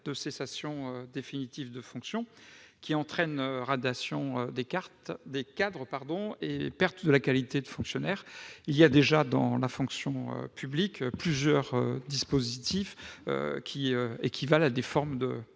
de cessation définitive de fonctions, qui entraîne radiation des cadres et perte de la qualité de fonctionnaire. Il y a déjà, dans la fonction publique, plusieurs dispositifs qui équivalent à des formes de